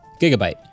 Gigabyte